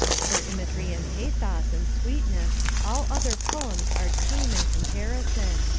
for imagery and pathos and sweetness all other poems are tame in comparison.